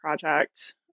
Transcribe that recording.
project